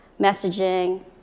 messaging